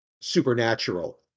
Supernatural